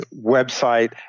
website